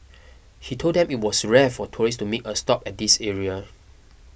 he told them it was rare for tourists to make a stop at this area